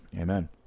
Amen